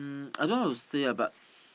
um I don't know how to say ah but